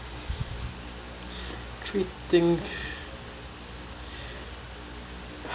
three things